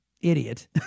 idiot